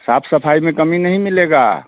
साफ़ सफ़ाई में कमी नहीं मिलेगा